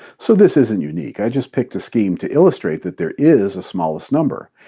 so this isn't unique. i just picked a scheme to illustrate that there is a smallest number.